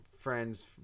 Friends